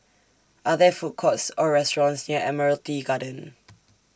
Are There Food Courts Or restaurants near Admiralty Garden